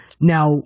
now